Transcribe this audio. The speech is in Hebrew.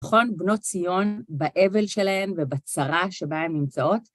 נכון, בנות ציון, באבל שלהן, ובצרה שבה הן נמצאות...